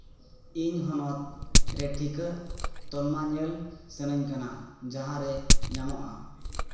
ᱤᱧ ᱦᱚᱱᱚᱛ ᱨᱮ ᱴᱤᱠᱟᱹ ᱛᱚᱞᱢᱟ ᱧᱮᱞ ᱥᱟᱱᱟᱧ ᱠᱟᱱᱟ ᱡᱟᱦᱟᱸᱨᱮ ᱧᱟᱢᱚᱜᱼᱟ